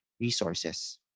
resources